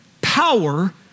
power